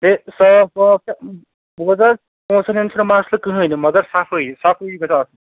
بیٚیہِ صاف آب چھا بوز حظ پونٛسَن ہُند چھُنہٕ مسلہٕ کٕہٕنۍ مگر صفٲیی صفٲیی گٔژِھ آسٕنۍ